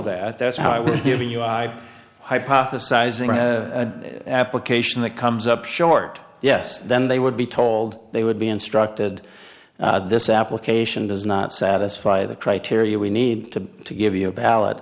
that that's how it would be you i hypothesizing application that comes up short yes then they would be told they would be instructed this application does not satisfy the criteria we need to to give you a bal